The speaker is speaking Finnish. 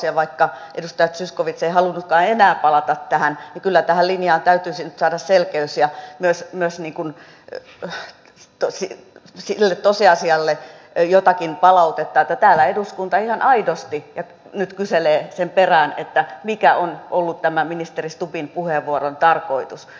ja vaikka edustaja zyskowicz ei halunnutkaan enää palata tähän niin kyllä tähän linjaan täytyisi nyt saada selkeys ja myös sille tosiasialle jotakin palautetta että täällä eduskunta ihan aidosti nyt kyselee sen perään mikä on ollut tämä ministeri stubbin puheenvuoron tarkoitus